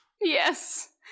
Yes